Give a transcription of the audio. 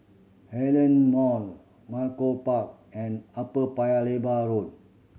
Heartland Mall Malcolm Park and Upper Paya Lebar Road